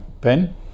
Ben